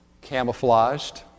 camouflaged